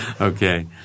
Okay